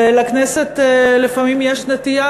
ולכנסת לפעמים יש נטייה